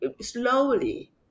slowly